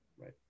right